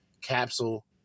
Capsule